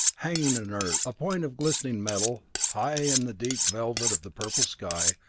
hanging inert, a point of glistening metal, high in the deep velvet of the purple sky,